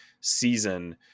season